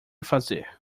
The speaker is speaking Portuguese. fazer